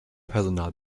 personal